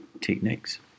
techniques